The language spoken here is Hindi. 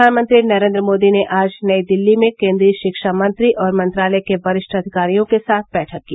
प्रधानमंत्री नरेन्द्र मोदी ने आज नई दिल्ली में केन्द्रीय शिक्षा मंत्री और मंत्रालय के वरिष्ठ अधिकारियों के साथ बैठक की